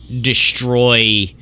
destroy